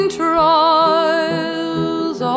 trials